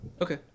Okay